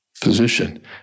position